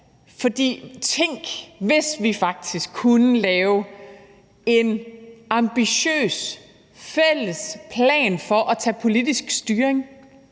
For tænk, hvis vi faktisk kunne lave en ambitiøs fælles plan for at tage politisk styring